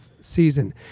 season